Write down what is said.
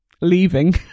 leaving